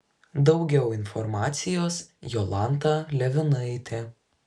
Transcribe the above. daugiau informacijos jolanta levinaitė